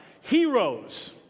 heroes